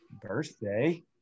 birthday